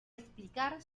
explicar